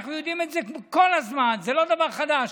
אנחנו יודעים את זה כל הזמן, זה לא דבר חדש.